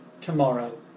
tomorrow